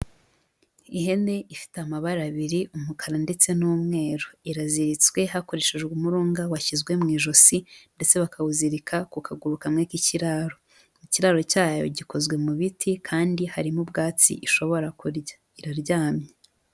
Ihene ifite amabara abiri umukara ndetse n'umweru, iraziritswe hakoreshejwe umurunga washyizwe mu ijosi ndetse bakawuzirika ku kaguru kamwe k'ikiraro, ikiraro cyayo gikozwe mu biti kandi harimo ubwatsi ishobora kurya iraryamye.